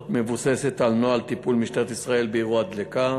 מבוססת על נוהל טיפול משטרת ישראל באירוע דלקה.